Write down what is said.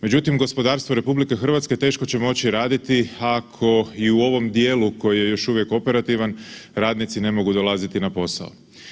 Međutim, gospodarstvo RH teško će moći raditi ako i u ovom dijelu koji je još uvijek operativan radnici ne mogu dolaziti na posao.